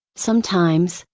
sometimes,